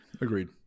agreed